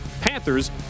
Panthers